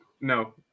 No